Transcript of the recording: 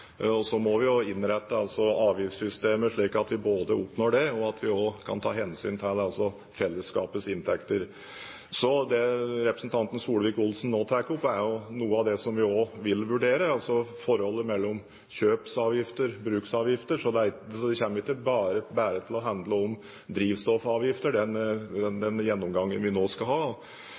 og så må vi jo innrette avgiftssystemet slik at vi både oppnår det og at vi også kan ta hensyn til fellesskapets inntekter. Det som representanten Solvik-Olsen nå tar opp, er jo noe av det som vi også vil vurdere – forholdet mellom kjøpsavgifter, bruksavgifter – så den gjennomgangen vi nå skal ha,